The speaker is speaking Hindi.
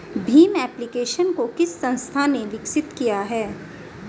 भीम एप्लिकेशन को किस संस्था ने विकसित किया है?